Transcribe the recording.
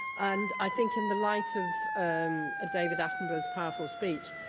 and i think, in the light of um ah david attenborough's powerful speech,